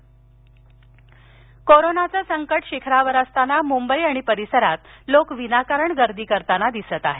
मुख्यमंत्री कोरोनाचे संकट शिखरावर असताना मुंबई आणि परिसरात लोक विनाकारण गर्दी करताना दिसत आहेत